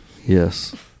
Yes